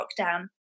lockdown